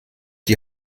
die